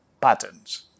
patterns